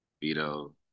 Vito